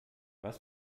was